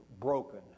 broken